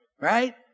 right